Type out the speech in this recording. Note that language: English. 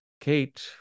Kate